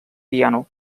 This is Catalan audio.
piano